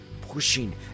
Pushing